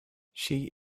she